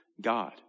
God